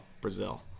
Brazil